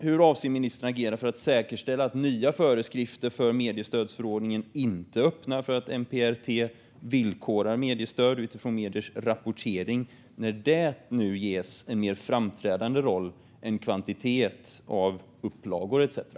Hur avser ministern att agera för att säkerställa att nya föreskrifter för mediestödsförordningen inte öppnar för att MPRT villkorar mediestöd utifrån mediers rapportering när det nu ges en mer framträdande roll än storlek på upplaga etcetera?